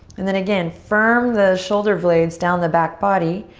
and then again, firm the shoulder blades down the back body.